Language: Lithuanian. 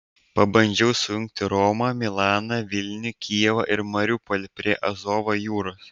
pabandžiau sujungti romą milaną vilnių kijevą ir mariupolį prie azovo jūros